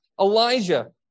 Elijah